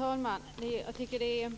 Fru talman! Det är ett